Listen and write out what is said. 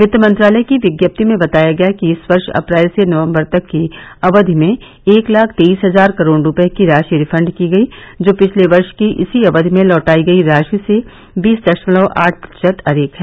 वित्त मंत्रालय की विज्ञप्ति में दताया गया कि इस वर्ष अप्रैल से नवंबर तक की अवधि में एक लाख तेईस हजार करोड़ रुपये की राशि रिफंड की गई जो पिछले वर्ष की इसी अवधि में लौटाई गई राशि से बीस दशमलव आठ प्रतिशत अधिक है